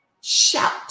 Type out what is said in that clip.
Shout